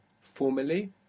formally